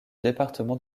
département